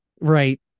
Right